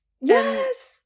yes